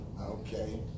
okay